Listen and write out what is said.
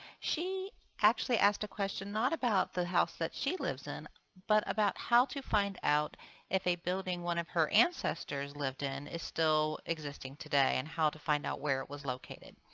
she actually asked a question not about the house she lives in but about how to find out if a building one of her ancestors lived in is still existing today and how to find out where it was located.